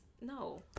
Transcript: no